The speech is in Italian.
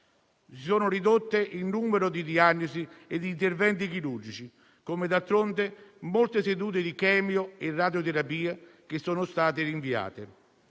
Si è ridotto il numero delle diagnosi e degli interventi chirurgici e, d'altronde, molte sedute di chemio e radioterapia sono state rinviate.